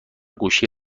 گوشی